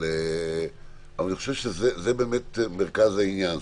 אבל זה באמת מרכז העניין.